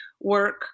work